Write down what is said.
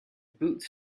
boots